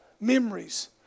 memories